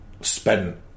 spent